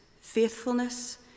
faithfulness